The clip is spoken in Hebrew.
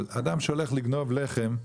אבל אדם שהולך לגנוב לחם,